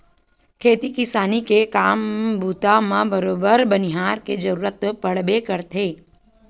खेती किसानी के काम बूता म बरोबर बनिहार के जरुरत तो पड़बे करथे